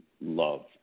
love